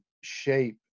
shape